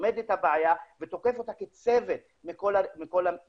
לומד את הבעיה ותוקף אותה כצוות מכל הרבדים.